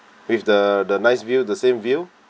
with the the nice view the same view